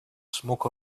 smoke